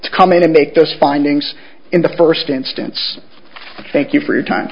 to come in and make those findings in the first instance thank you for your time